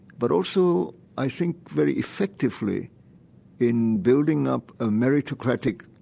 but also i think very effectively in building up a meritocratic